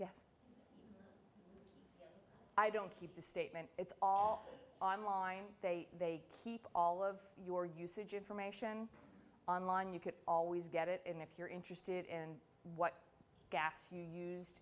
i don't keep the statement it's all online they keep all of your usage information online you can always get it in if you're interested in what gas you used